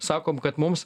sakom kad mums